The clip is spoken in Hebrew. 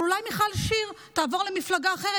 אבל אולי מיכל שיר תעבור למפלגה אחרת,